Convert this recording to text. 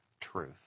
truth